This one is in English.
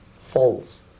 False